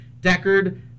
Deckard